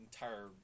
entire